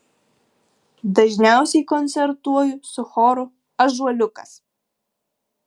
dažniausiai koncertuoju su choru ąžuoliukas